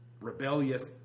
rebellious